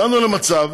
הגענו למצב,